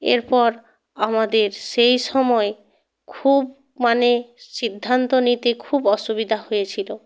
এরপর আমাদের সেই সময়ে খুব মানে সিদ্ধান্ত নিতে খুব অসুবিধা হয়েছিলো